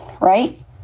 Right